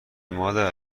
مادر